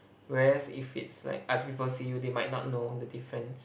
whereas if it's like other people see you they might not know the difference